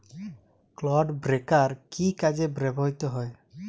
Clod breaker কি কাজে ব্যবহৃত হয়?